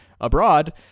abroad